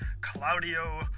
Claudio